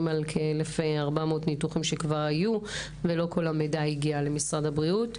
1,400 ניתוחים שכבר היו ולא כל המידע הגיע למשרד הבריאות.